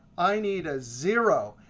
i need a zero.